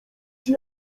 czy